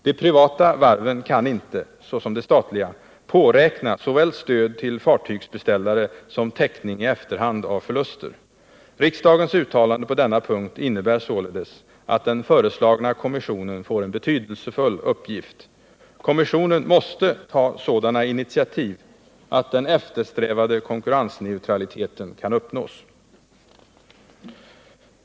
De privata varven kan inte — såsom de statliga — påräkna såväl stöd till fartygsbeställare som täckning i efterhand av förluster. Riksdagens uttalande på denna punkt innebär således att den föreslagna kommissionen får en betydelsefull uppgift. Kommissionen måste ta sådana intiativ att den eftersträvade konkurrensneutraliteten kan uppnås!